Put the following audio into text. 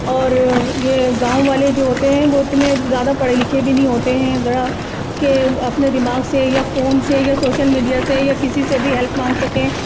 اور یہ گاؤں والے جو ہوتے ہیں وہ اتنے زیادہ پڑھے لکھے بھی نہیں ہوتے ہیں ذرا کہ اپنے دماغ سے یا فون سے یا سوشل میڈیا سے یا کسی سے بھی ہیلپ مانگ سکیں